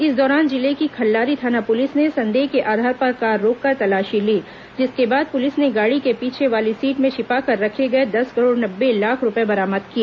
इस दौरान जिले की खल्लारी थाना पुलिस ने संदेह के आधार पर कार रोककर तलाशी ली जिसके बाद पुलिस ने गाड़ी के पीछे वाली सीट में छिपाकर रखे गए दस करोड़ नब्बे लाख रूपये बरामद किए